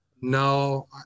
no